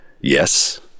Yes